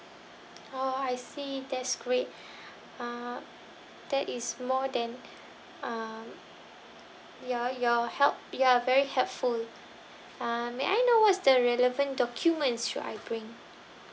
oh I see that's great uh that is more than uh your your help you're very helpful uh may I know what's the relevant documents should I bring